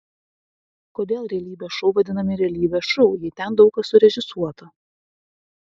kodėl realybės šou vadinami realybės šou jei ten daug kas surežisuota